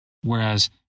whereas